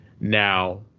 now